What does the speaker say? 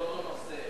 לסדר-היום באותו נושא,